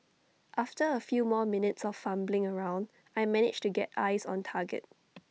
after A few more minutes of fumbling around I managed to get eyes on target